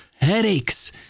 headaches